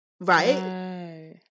right